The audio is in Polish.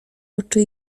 oczy